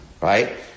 right